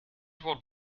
what